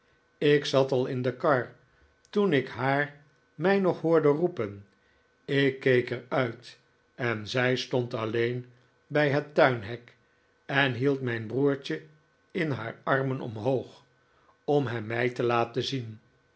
ik zat al in de kar toen ik haar mij nog hoorde roepen ik keek er uit en zij stond alleen bij het tuinhek en hield mijn broertje in haar armen omhoog om hem mij te laten zien